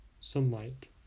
Sunlight